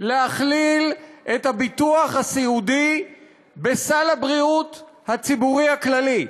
להכליל את הביטוח הסיעודי בסל הבריאות הציבורי הכללי.